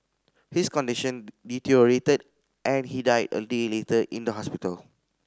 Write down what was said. his condition deteriorated and he died a day later in the hospital